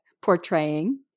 portraying